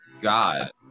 God